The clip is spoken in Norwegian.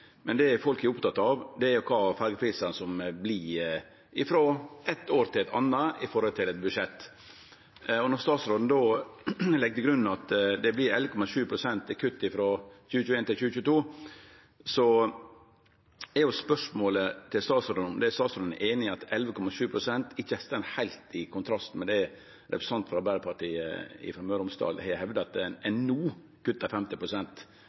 eitt år til eit anna ut frå eit budsjett. Når statsråden då legg til grunn at det vert 11,7 pst. kutt frå 2021 til 2022, er spørsmålet til statsråden om han er einig i at 11,7 pst. ikkje står heilt i stil med det representanten frå Arbeidarpartiet i Møre og Romsdal har hevda, at ein no kuttar 50 pst. Det er